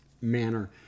manner